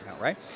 right